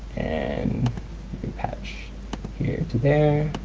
and we patch here to there.